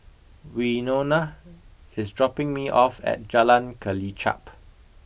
Wynona is dropping me off at Jalan Kelichap